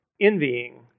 envying